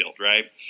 right